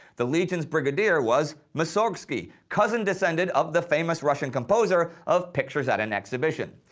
the legion's brigadier was mussorgsky, cousin descendent of the famous russian composer of pictures at an exhibition.